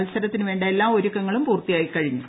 മത്സരത്തിന് വേണ്ട എല്ലാ ഒരുക്കങ്ങളും പൂർത്തിയായികഴിഞ്ഞു